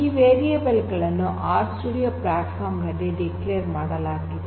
ಈ ವೇರಿಯಬಲ್ ಗಳನ್ನು R Studio platform ನಲ್ಲಿ ಡಿಕ್ಲೇರ್ ಮಾಡಲಾಗಿದೆ